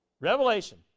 Revelation